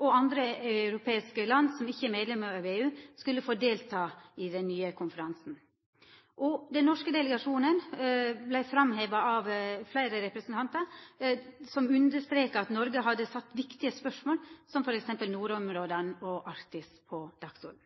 og andre europeiske land som ikkje er medlemmer av EU, får delta i den nye konferansen. Og den norske delegasjonen vart framheva av fleire representantar, som understreka at Noreg hadde satt viktige spørsmål, som f.eks. nordområda og Arktis, på dagsordenen.